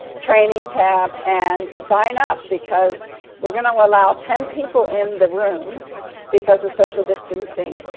training tab and sign up because we're gonna allow ten people in the room because of social distancing.